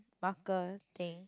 marker thing